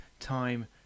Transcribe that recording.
time